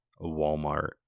Walmart